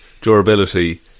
durability